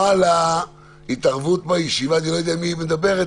מי שרוצה מתוך משתתפי הזום לדבר,